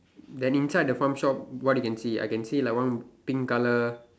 then inside the farm shop what can you see I can see like one pink colour